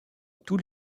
tous